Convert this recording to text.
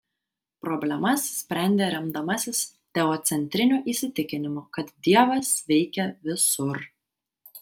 problemas sprendė remdamasis teocentriniu įsitikinimu kad dievas veikia visur